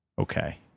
Okay